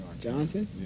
Johnson